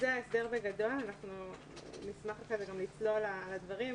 אנחנו נשמח אחרי כן לצלול לדברים.